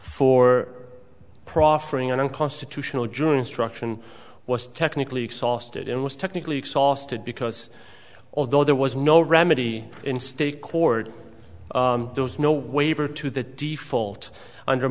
for proffering an unconstitutional june instruction was technically exhausted and was technically exhausted because although there was no remedy in state court there was no waiver to the default under